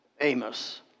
Amos